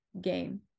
game